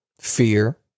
fear